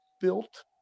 built